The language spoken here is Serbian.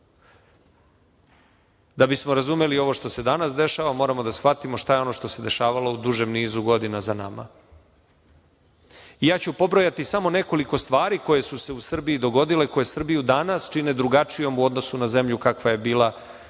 Da bismo razumeli ovo što se danas dešava, moramo da shvatimo šta je ono što se dešavalo u dužem nizu godina za nama. Ja ću pobrojati samo nekoliko stvari koje su se u Srbiji dogodile, koje Srbiju danas čine drugačijom u odnosu na zemlju kakva je bila,